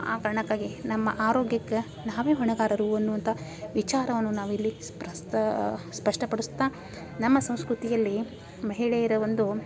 ಆ ಕಾರಣಕ್ಕಾಗಿ ನಮ್ಮ ಆರೋಗ್ಯಕ್ಕ ನಾವೇ ಹೊಣೆಗಾರರು ಅನ್ನುವಂಥ ವಿಚಾರವನ್ನು ನಾವಿಲ್ಲಿ ಸ್ವಷ್ಟಪಡಿಸ್ತಾ ನಮ್ಮ ಸಂಸ್ಕೃತಿಯಲ್ಲಿ ಮಹಿಳೆಯರ ಒಂದು